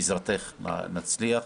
בעזרתך, נצליח.